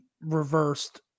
reversed